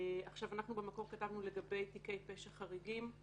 לגבי תיקי פשע חריגים."